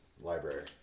Library